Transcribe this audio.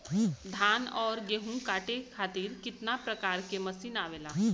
धान और गेहूँ कांटे खातीर कितना प्रकार के मशीन आवेला?